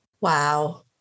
Wow